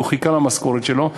והוא חיכה למשכורת שלו,